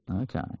Okay